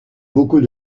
beaucoup